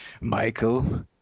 Michael